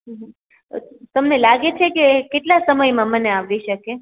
હમ તમને લાગે છે કે કેટલા સમયમાં મને આવડી શકે